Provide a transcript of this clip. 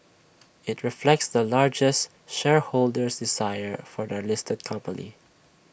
IT reflects the largest shareholder's desire for the listed company